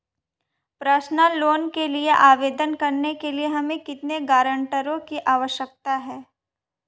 Personal loan के लिए आवेदन करने के लिए हमें कितने गारंटरों की आवश्यकता है?